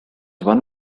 one